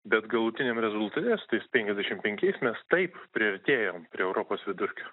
bet galutiniam rezultate su tais penkiasdešim penkiais nes taip priartėjom prie europos vidurkio